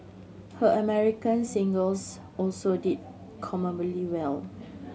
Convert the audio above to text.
her American singles also did commendably well